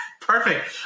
Perfect